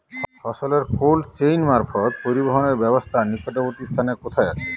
ফসলের cold chain মারফত পরিবহনের ব্যাবস্থা নিকটবর্তী স্থানে কোথায় আছে?